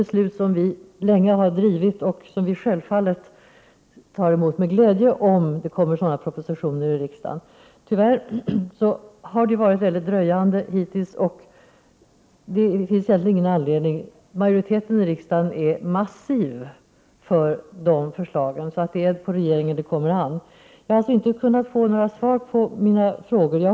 Detta är frågor som vi länge drivit, och vi skulle med glädje ta emot sådana förslag om de kom i propositioner till riksdagen. Tyvärr har förslagen dröjt hittills. Det finns egentligen ingen anledning till det. Majoriteten i riksdagen är massiv för förslagen. Det är alltså på regeringen det kommer an. Jag har inte kunnat få svar på mina frågor, som sagt.